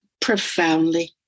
Profoundly